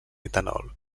etanol